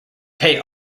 pay